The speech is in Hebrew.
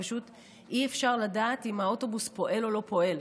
פשוט אי-אפשר לדעת אם האוטובוס פועל או לא פועל.